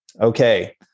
Okay